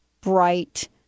bright